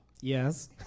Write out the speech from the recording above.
Yes